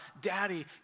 Daddy